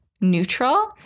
neutral